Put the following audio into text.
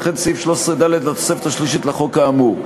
וכן סעיף 13(ד) לתוספת השלישית לחוק האמור.